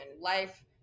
life